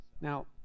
Now